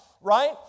right